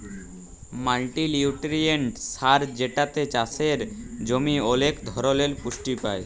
multinutrient সার যেটাতে চাসের জমি ওলেক ধরলের পুষ্টি পায়